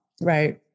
Right